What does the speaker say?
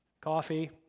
coffee